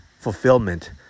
fulfillment